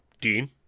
Dean